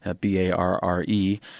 B-A-R-R-E